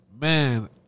Man